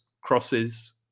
crosses